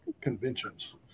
conventions